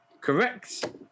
Correct